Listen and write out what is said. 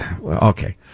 Okay